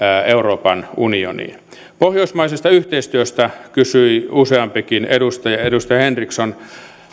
euroopan unioniin pohjoismaisesta yhteistyöstä kysyi useampikin edustaja edustaja henriksson